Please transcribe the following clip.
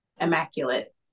Immaculate